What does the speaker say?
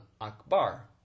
Akbar